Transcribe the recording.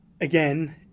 Again